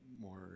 more